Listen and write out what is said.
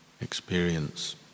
experience